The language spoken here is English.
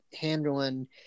handling